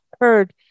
heard